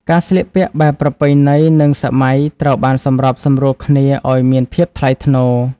ការស្លៀកពាក់បែបប្រពៃណី និងសម័យត្រូវបានសម្របសម្រួលគ្នាឱ្យមានភាពថ្លៃថ្នូរ។